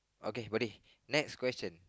okay buddy next question